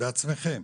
בעצמכם,